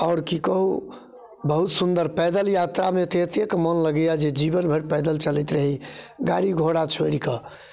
आओर की कहू बहुत सुन्दर पैदल यात्रामे तऽ एतेक मोन लगैए जे जीवन भरि पैदल चलैत रही गाड़ी घोड़ा छोड़ि कऽ